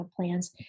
plans